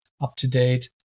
up-to-date